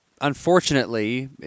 unfortunately